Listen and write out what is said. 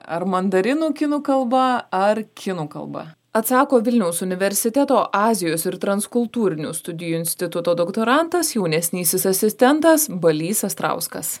ar mandarinų kinų kalba ar kinų kalba atsako vilniaus universiteto azijos ir transkultūrinių studijų instituto doktorantas jaunesnysis asistentas balys astrauskas